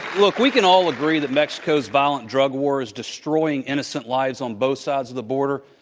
look, we can all agree that mexico's violent drug war is destroying innocent lives on both sides of the border.